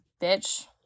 bitch